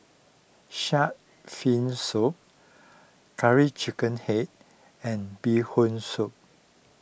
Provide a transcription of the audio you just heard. Shark's Fin Soup Curry Chicken Head and Bee Hoon Soup